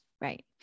Right